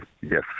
Yes